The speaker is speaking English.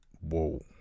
Whoa